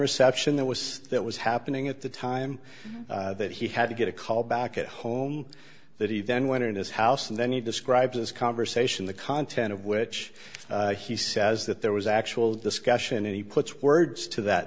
reception that was that was happening at the time that he had to get a call back at home that he then went in his house and then he described as conversation the content of which he says that there was actual discussion and he puts words to that